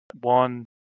one